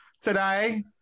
Today